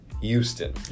Houston